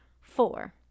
Four